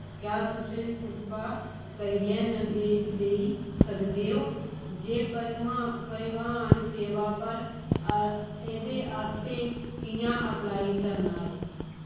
क्या तुस कृपा करियै निर्देश देई सकदे ओ जे परिवहन सेवा पर एह्दे आस्तै कि'यां अप्लाई करना ऐ